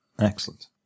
Excellent